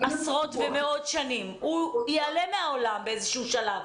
עשרות ומאות שנים, הוא ייעלם מהעולם באיזשהו שלב.